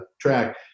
track